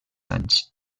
anys